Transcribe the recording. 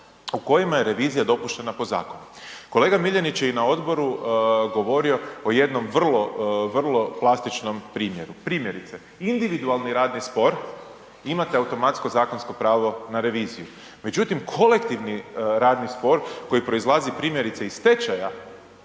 u kojima je revizija dopuštena po zakonu, kolega Miljenić je i na odboru govorio o jednom vrlo, vrlo plastičnom primjeru. Individualni radni spor imate automatsko zakonsko pravo na reviziju, međutim kolektivni radni spor koji proizlazi primjerice iz stečajeva